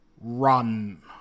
run